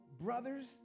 brothers